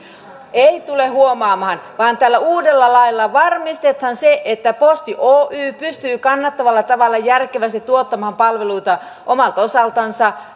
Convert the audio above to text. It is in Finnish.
ei tule huomaamaan vaan tällä uudella lailla varmistetaan se että posti oy pystyy kannattavalla tavalla järkevästi tuottamaan palveluita omalta osaltansa